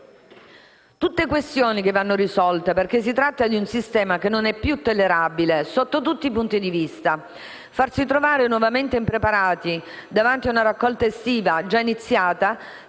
tutte questioni che vanno risolte, perché si tratta di un sistema che non è più tollerabile, sotto tutti i punti di vista. Farsi trovare nuovamente impreparati davanti a una raccolta estiva già iniziata